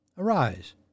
Arise